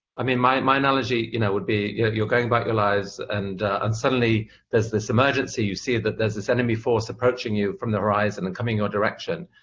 i mean, my analogy you know would be you're going about your lives, and and suddenly there's this emergency, you see that there's this enemy force approaching you from the horizon and coming your direction.